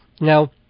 Now